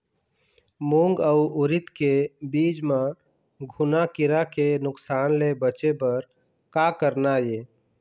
मूंग अउ उरीद के बीज म घुना किरा के नुकसान ले बचे बर का करना ये?